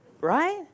Right